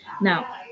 now